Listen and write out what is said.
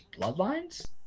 Bloodlines